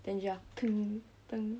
then 你就要